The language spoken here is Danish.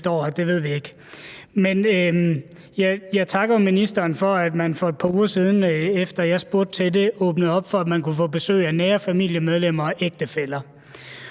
jeg takker jo ministeren for, at man for et par uger siden, efter at jeg spurgte til det, åbnede op for, at man kunne få besøg af nære familiemedlemmer og ægtefæller,